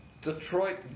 Detroit